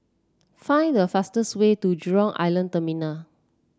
find the fastest way to Jurong Island Terminal